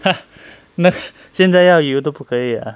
ha 现在要游都不可以 uh